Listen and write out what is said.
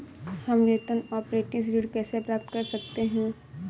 हम वेतन अपरेंटिस ऋण कैसे प्राप्त कर सकते हैं?